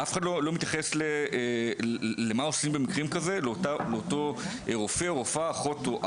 אף אחד לא מתייחס למה שיקרה לאותו רופא או לאותה אחות.